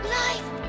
life